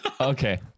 Okay